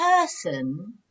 person